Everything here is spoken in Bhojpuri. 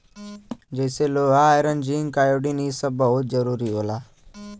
जइसे लोहा आयरन जिंक आयोडीन इ सब बहुत जरूरी होला